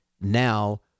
now